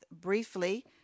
Briefly